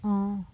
অঁ